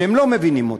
שהם לא מבינים אותה.